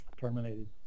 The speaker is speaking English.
terminated